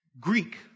Greek